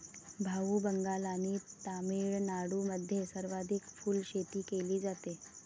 भाऊ, बंगाल आणि तामिळनाडूमध्ये सर्वाधिक फुलशेती केली जाते